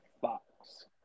Fox